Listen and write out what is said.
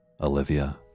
Olivia